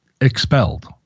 expelled